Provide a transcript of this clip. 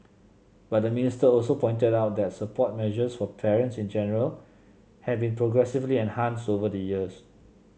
but the minister also pointed out that support measures for parents in general have been progressively enhanced over the years